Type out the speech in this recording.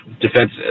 defense